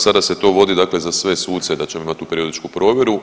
Sada se to vodi dakle za sve suce da će imati tu periodičku provjeru.